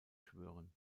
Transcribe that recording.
schwören